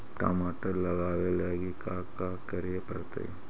टमाटर लगावे लगी का का करये पड़तै?